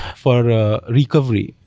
for recovery,